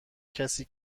کسی